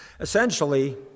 Essentially